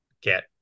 get